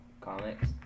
comics